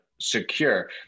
secure